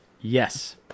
Yes